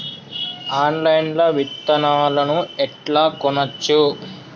Online లా విత్తనాలను ఎట్లా కొనచ్చు?